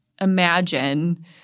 imagine